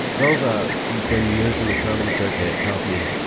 vova, who's done years on the comedy circuit, tells me.